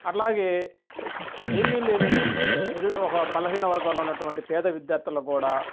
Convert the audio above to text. అట్లాగే ఏమీ లేని నిరు ఒక బలహీన వర్గాలు ఉన్నటువంటి పేద విద్యార్థులకు కూడా